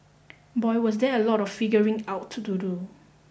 boy was there a lot of figuring out to do